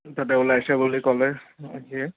তাতে ওলাইছে বুলি ক'লে সি